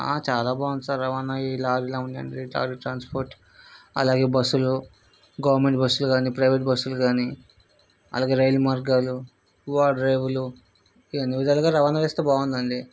ఆ చాలా బాగుంది సార్ రవాణా ఈ లారీలవనీయండి ట్రాఫిక్ ట్రాన్స్పోర్ట్ అలాగే బస్సులు గవర్నమెంట్ బస్సులు కానీ ప్రైవేట్ బస్సులు కానీ అలాగే రైలు మార్గాలు ఓడ రేవులు ఇవి అన్ని విధాలుగా రవాణా వ్యవస్థ బావుందండి